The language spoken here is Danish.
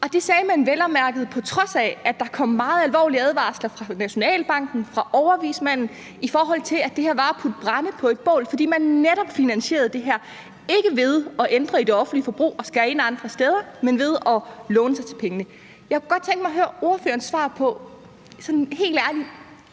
Det sagde man vel at mærke, på trods af at der kom meget alvorlige advarsler fra Nationalbanken og fra overvismanden, i forhold til at det her var at putte brænde på et bål, fordi man netop ikke finansierede det her ved at ændre i det offentlige forbrug og skære ind andre steder, men ved at låne sig til pengene. Jeg kunne godt tænke mig at høre ordførerens svar på, om man sådan helt ærligt